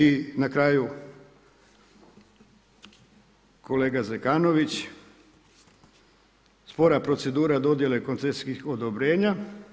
I na kraju kolega Zekanović, spora procedura dodjele koncesijskih odobrenja.